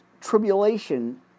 tribulation